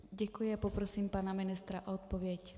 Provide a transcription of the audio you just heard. Děkuji a poprosím pana ministra o odpověď.